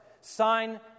Sign